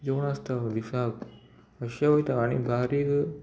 जेवण आसता विसाक अश्शें वयता आनी बारीक